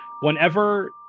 whenever